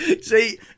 See